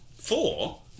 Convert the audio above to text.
Four